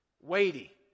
weighty